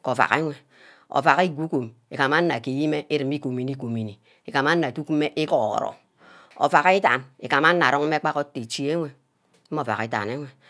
ke ovack enwe ovack igwa ugum igam anor agemeh ke igomoni-iomomi, igam onor aduck mme igohoro ovack idan igam mme onor arong mme gba ke ichi enwe mmeh ovack idan enwe